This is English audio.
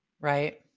Right